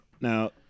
Now